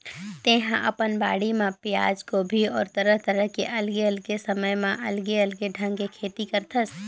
तेहा अपन बाड़ी म पियाज, गोभी अउ तरह तरह के अलगे अलगे समय म अलगे अलगे ढंग के खेती करथस